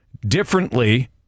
differently